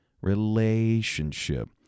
relationship